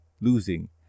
losing